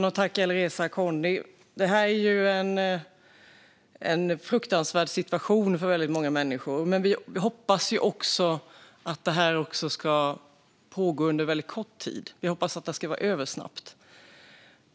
Fru talman! Jag tackar Alireza Akhondi. Det råder nu en fruktansvärd situation för många människor, men vi hoppas att detta ska pågå under en kort tid och vara över snabbt.